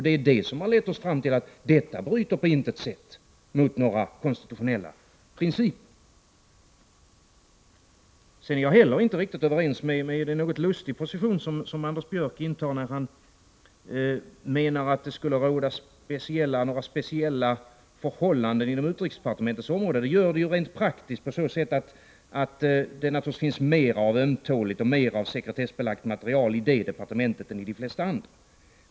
Det är det som har lett oss fram till att det som skett på intet sätt bryter mot några konstitutionella principer. Sedan är jag inte heller riktigt överens med Anders Björck när han intar en något lustig position och menar att det skulle råda några speciella förhållanden inom utrikesdepartementets område. Det gör det, rent praktiskt, på så sätt att det naturligtvis finns mer ömtåligt och sekretessbelagt material i det departementet än i de flesta andra.